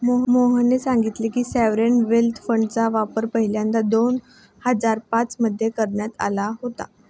मोहितने सांगितले की, सॉवरेन वेल्थ फंडचा वापर पहिल्यांदा दोन हजार पाच मध्ये करण्यात आला होता